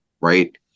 right